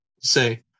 Say